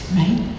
right